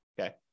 Okay